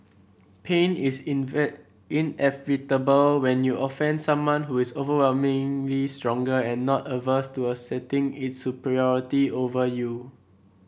pain is inevitable when you offend someone who is overwhelmingly stronger and not averse to asserting its superiority over you